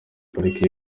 parike